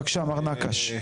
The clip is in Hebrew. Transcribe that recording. בבקשה מר נקש.